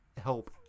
help